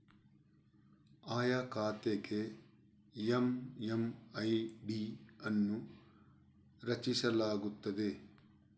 ಆಯಾ ಖಾತೆಗೆ ಎಮ್.ಎಮ್.ಐ.ಡಿ ಅನ್ನು ರಚಿಸಲಾಗುತ್ತದೆ